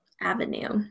avenue